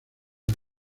las